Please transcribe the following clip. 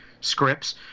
scripts